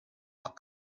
ach